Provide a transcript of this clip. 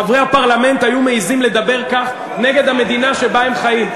חברי הפרלמנט לא היו מעזים לדבר כך נגד המדינה שבה הם חיים.